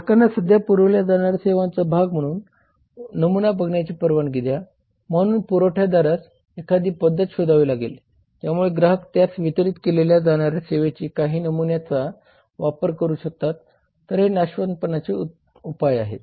ग्राहकांना सध्या पुरवल्या जाणाऱ्या सेवांचा भाग नमूना बघण्याची परवानगी द्या म्हणून पुरवठ्यादारास एखादी पद्धत शोधावी लागेल ज्यामुळे ग्राहक त्यास वितरीत केल्या जाणाऱ्या सेवेच्या काही नमुन्याचा वापर करू शकतात तर हे नाशवंतपणाचे उपाय आहेत